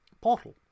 portal